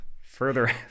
further